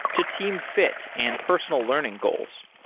to team fit and personal learning goals.